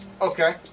Okay